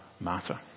matter